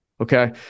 Okay